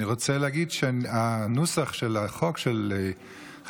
אני רוצה להגיד שהנוסח של החוק של חברת